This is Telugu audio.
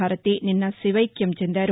భారతి నిన్న శివైక్యం చెందారు